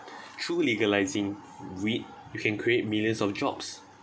through legalising weed you can create millions of jobs